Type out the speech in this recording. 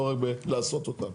לא רק לעשות אותן.